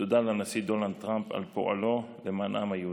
ותודה לנשיא דונלד טראמפ על פועלו למען העם היהודי.